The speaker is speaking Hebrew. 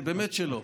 באמת שלא.